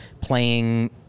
playing